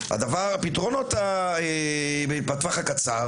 הפתרונות בטווח הקצר